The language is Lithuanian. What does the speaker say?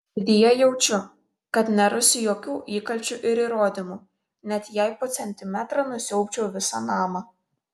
širdyje jaučiu kad nerasiu jokių įkalčių ir įrodymų net jei po centimetrą nusiaubčiau visą namą